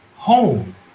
home